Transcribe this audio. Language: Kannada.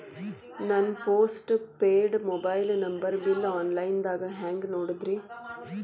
ನನ್ನ post paid mobile number bill, online ದಾಗ ಹ್ಯಾಂಗ್ ನೋಡೋದ್ರಿ?